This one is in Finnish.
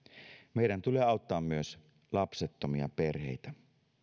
meidän tulee auttaa myös lapsettomia perheitä